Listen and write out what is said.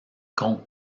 contre